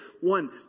One